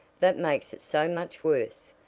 that makes it so much worse!